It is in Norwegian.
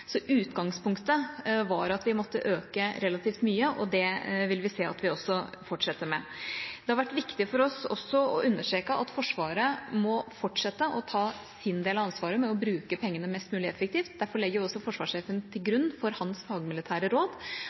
Så utgangspunktet var at vi måtte øke relativt mye, og det vil vi se at vi også fortsetter med. Det har vært viktig for oss også å understreke at Forsvaret må fortsette å ta sin del av ansvaret med å bruke pengene mest mulig effektivt. Derfor legger også forsvarssjefen til grunn for sitt fagmilitære råd